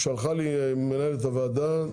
שלחה לי מנהלת הוועדה: